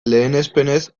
lehenespenez